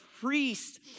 Priest